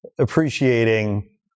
appreciating